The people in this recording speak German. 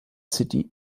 city